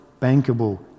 bankable